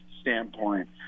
standpoint